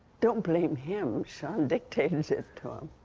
don't blame him. sean dictated it to him.